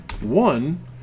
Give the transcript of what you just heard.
one